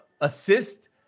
assist